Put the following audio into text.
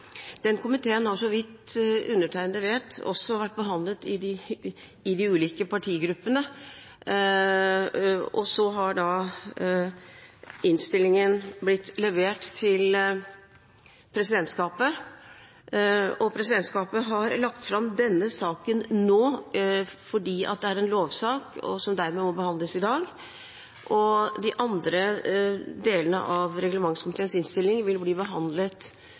den nedsatte reglementskomiteen. Den komiteen har, så vidt jeg vet, også vært behandlet i de ulike partigruppene, og så har innstillingen blitt levert til presidentskapet, og presidentskapet har lagt fram denne saken nå, fordi det er en lovsak, som dermed må behandles i dag. De andre delene av reglementskomiteens innstilling vil bli behandlet